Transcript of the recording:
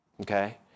Okay